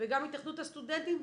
וגם התאחדות הסטודנטים,